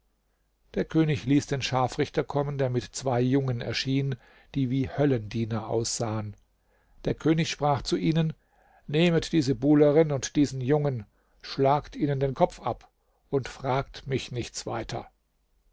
der könig ließ den scharfrichter kommen der mit zwei jungen erschien die wie höllendiener aussahen der könig sprach zu ihnen nehmet diese buhlerin und diesen jungen schlagt ihnen den kopf ab und fragt mich nichts weiter